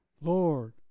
Lord